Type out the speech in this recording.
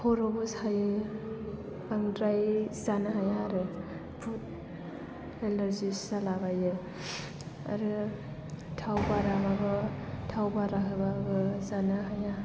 खर'बो सायो बांद्राय जानो हाया आरो फुड एलार्जिस जालाबायो आरो थाव बारा माबा थाव बारा होबाबो जानो हाया